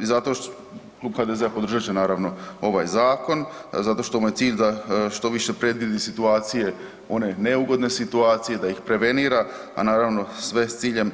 I zato klub HDZ-a podržat će naravno ovaj zakon zato što mu je cilj da što više predvidi situacije one neugodne situacije, da ih prevenira, a naravno sve s ciljem